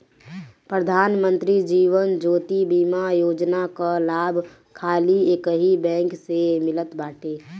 प्रधान मंत्री जीवन ज्योति बीमा योजना कअ लाभ खाली एकही बैंक से मिलत बाटे